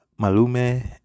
Malume